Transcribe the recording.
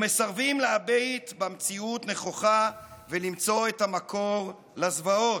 ומסרבים להביט במציאות נכוחה ולמצוא את המקור לזוועות.